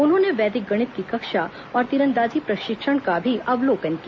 उन्होंने वैदिक गणित की कक्षा और तीरंदाजी प्रशिक्षण का भी अवलोकन किया